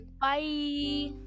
Bye